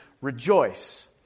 rejoice